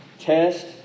Test